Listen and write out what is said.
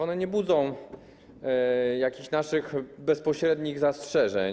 One nie budzą jakichś naszych bezpośrednich zastrzeżeń.